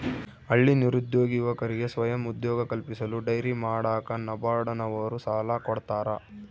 ಹಳ್ಳಿ ನಿರುದ್ಯೋಗಿ ಯುವಕರಿಗೆ ಸ್ವಯಂ ಉದ್ಯೋಗ ಕಲ್ಪಿಸಲು ಡೈರಿ ಮಾಡಾಕ ನಬಾರ್ಡ ನವರು ಸಾಲ ಕೊಡ್ತಾರ